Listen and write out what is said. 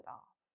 off